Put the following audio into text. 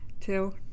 two